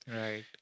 Right